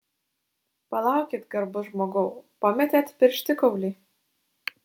palaukit garbus žmogau pametėt pirštikaulį